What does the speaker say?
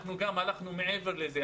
הלכנו מעבר לזה.